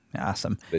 Awesome